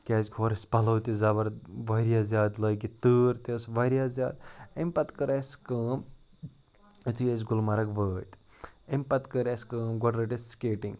کیٛازِ ہورٕ ٲسۍ پَلو تہِ زبَر واریاہ زیادٕ لٲگِتھ تۭر تہِ ٲس واریاہ زیادٕ اَمہِ پَتہٕ کٔر اَسہِ کٲم یُتھُے أسۍ گُلمرٕگ وٲتۍ اَمہِ پَتہٕ کٔر اَسہِ کٲم گۄڈٕ رٔٹ اَسہِ سٕکیٹِنٛگ